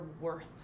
worth